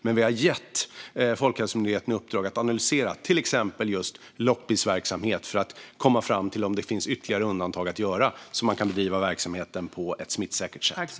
Vi har dock gett Folkhälsomyndigheten i uppdrag att analysera till exempel just loppisverksamhet för att komma fram till om det finns ytterligare undantag att göra så att verksamheten kan bedrivas på ett smittsäkert sätt.